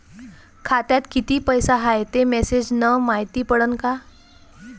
खात्यात किती पैसा हाय ते मेसेज न मायती पडन का?